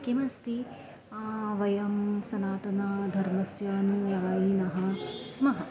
किमस्ति वयं सनातनधर्मस्यानुयायिनः स्मः